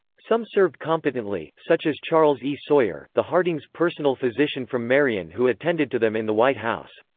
some served competently, such as charles e. sawyer, the hardings' personal physician from marion who attended to them in the white house.